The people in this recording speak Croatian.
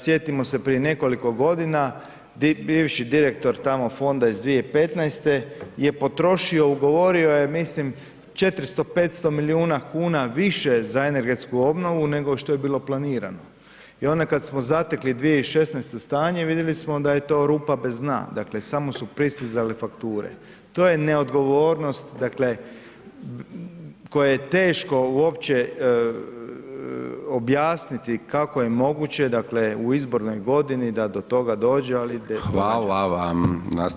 Sjetimo se prije nekoliko godina bivši direktor tamo fonda iz 2015. je potrošio, ugovorio je mislim 400-500 milijuna kuna više za energetsku obnovu nego što je bilo planirano i onda kad smo zatekli 2016. stanje vidjeli smo da je to rupa bez dna, dakle samo su pristizale fakture, to je neodgovornost, dakle koje je teško uopće objasniti kako je moguće dakle u izbornoj godini da do toga dođe, ali događa se.